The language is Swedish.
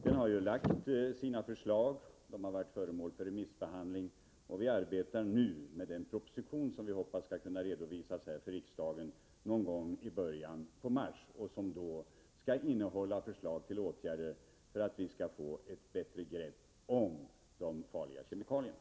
Den har nu lagt fram sina förslag, som har varit föremål för remissbehandling, och vi arbetar nu med en proposition, som vi hoppas skall kunna redovisas för riksdagen någon gång i början på mars. Den skall innehålla förslag till åtgärder som skall ge oss ett bättre grepp om hanteringen av de farliga kemikalierna.